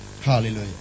Hallelujah